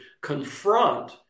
confront